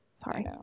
sorry